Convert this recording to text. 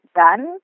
done